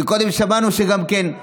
קודם שמענו שגם יש